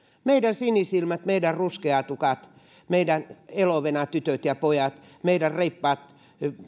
meidän sinisilmät meidän ruskeatukat meidän elovenatytöt ja pojat meidän reippaat